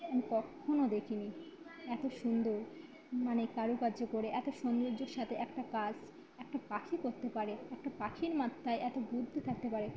আমি কক্ষনো দেখিনি এত সুন্দর মানে কারুকার্য করে এত সৌন্দর্যের সাথে একটা কাজ একটা পাখি করতে পারে একটা পাখির মাথায় এত বুদ্ধি থাকতে পারে